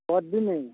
বড়দি নেই